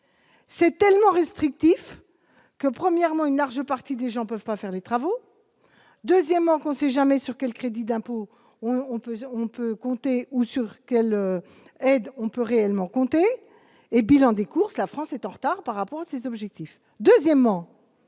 C'est tellement restrictif que premièrement une large partie des gens peuvent pas faire les travaux, deuxièmement, qu'on sait jamais sur quel crédit d'impôt, on peut, on peut compter où, sur quelles aides on peut réellement compter et bilan des courses : la France est en retard par rapport à ses objectifs,